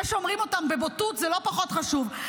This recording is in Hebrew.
זה שאומרים אותם בבוטות זה לא פחות חשוב.